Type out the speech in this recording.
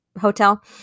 hotel